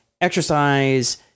exercise